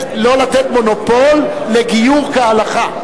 לא לתת מונופול לגיור כהלכה?